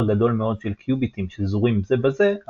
גדול מאוד של קיוביטים שזורים זה בזה,